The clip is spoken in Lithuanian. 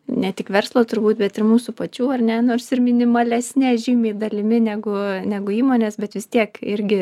ne tik verslo turbūt bet ir mūsų pačių ar ne nors ir minimalesne žymiai dalimi negu negu įmonės bet vis tiek irgi